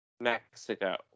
Mexico